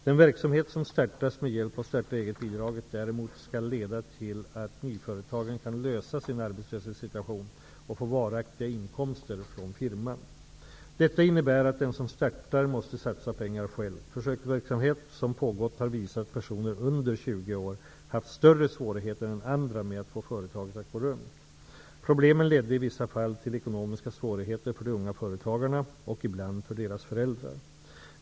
Den verksamhet som startas med hjälp av startaeget-bidraget skall däremot leda till att nyföretagaren kan lösa sin arbetslöshetssituation och få varaktiga inkomster från firman. Detta innebär att den som startar måste satsa pengar själv. Försöksverksamhet som pågått har visat att personer under 20 år haft större svårigheter än andra med att få företaget att gå runt. Problemen ledde i vissa fall till ekonomiska svårigheter för de unga företagarna och ibland för deras föräldrar.